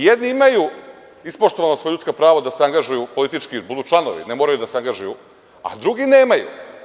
Jedni imaju ispoštovana svoja ljudska prava da se angažuju politički, da budu članovi, ne moraju da se angažuju, a drugi nemaju.